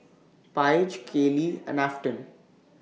Paige Kayli and Afton